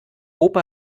opa